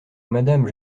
madame